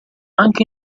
anche